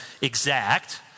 exact